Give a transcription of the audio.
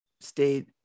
stayed